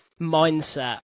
mindset